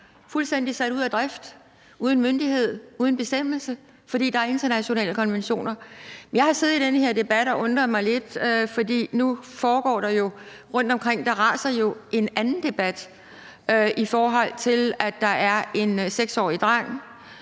fuldstændig sat ud af drift, uden myndighed, uden bestemmelsesret på grund af internationale konventioner. Jeg har siddet under den her debat og undret mig lidt, for rundtomkring raser der jo en anden debat om en 6-årig dreng